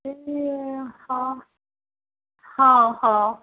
ହଁ ହଉ